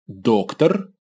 Doctor